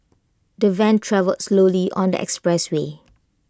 the van travelled slowly on the expressway